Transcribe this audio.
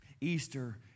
Easter